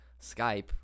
Skype